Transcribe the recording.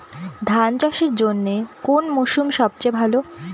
ধান চাষের জন্যে কোন মরশুম সবচেয়ে ভালো?